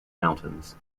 mountains